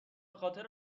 خاطر